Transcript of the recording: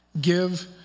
give